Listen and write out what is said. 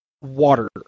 water